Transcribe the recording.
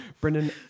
Brendan